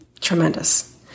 tremendous